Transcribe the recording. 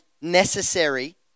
necessary